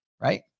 right